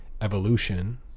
evolution